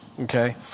okay